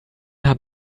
haben